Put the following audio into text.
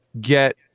get